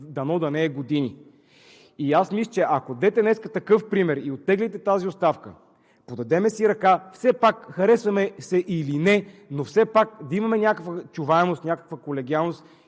дано да не е години. Аз мисля, че ако дадете днес такъв пример и оттеглите тази оставка, подадем си ръка, все пак харесваме се или не, но все пак да имаме някаква чуваемост, някаква колегиалност